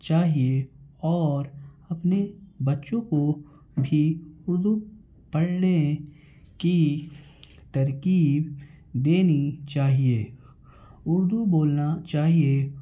چاہیے اور اپنے بچوں کو بھی اردو پڑھنے کی ترکیب دینی چاہیے اردو بولنا چاہیے